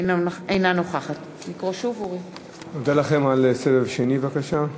אינה נוכחת אודה לכם על סבב שני, בבקשה.